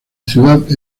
ciudad